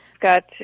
got